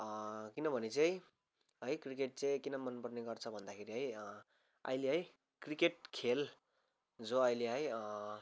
किनभने चाहिँ है क्रिकेट चाहिँ किन मनपर्ने गर्छ भन्दाखेरि है अहिले है क्रिकेट खेल जो अहिले है